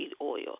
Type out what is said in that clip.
oil